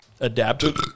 adapted